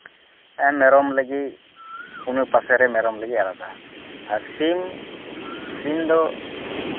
ᱟᱨ ᱢᱮᱨᱚᱢ ᱞᱟᱹᱜᱤᱫ ᱚᱱᱟ ᱯᱟᱥᱮᱨᱮ ᱢᱮᱨᱚᱢ ᱞᱟᱹᱜᱤᱫ ᱟᱞᱟᱫᱟ ᱟᱨ ᱥᱤᱢ ᱥᱤᱢ ᱫᱚ